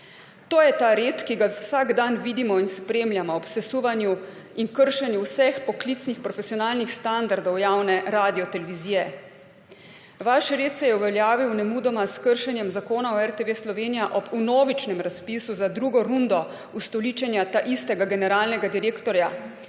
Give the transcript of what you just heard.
To je ta red, ki ga vsak dan vidimo in spremljamo ob sesuvanju in kršenju vseh poklicnih profesionalnih standardov javne radiotelevizije. Vaš red se je uveljavil nemudoma s kršenjem Zakona o RTV Slovenija ob vnovičnem razpisu za drugo rundo ustoličenja taistega generalnega direktorja,